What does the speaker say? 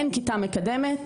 אין כיתה מקדמת.